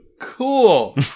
Cool